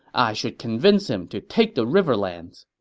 i should convince him to take the riverlands.